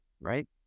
right